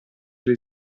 alle